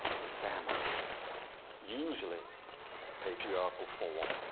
the family usually a patriarch will form,